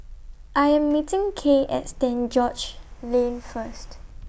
I Am meeting Kay At Stand George's Lane First